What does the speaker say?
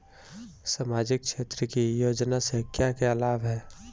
सामाजिक क्षेत्र की योजनाएं से क्या क्या लाभ है?